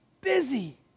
busy